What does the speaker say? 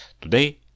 Today